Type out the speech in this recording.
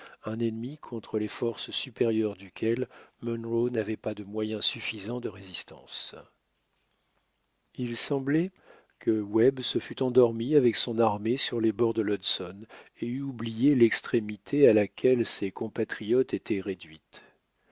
un ennemi contre les forces supérieures duquel munro n'avait pas de moyens suffisants de résistance il semblait que webb se fût endormi avec son armée sur les bords de l'hudson et eût oublié l'extrémité à laquelle ses compatriotes étaient réduite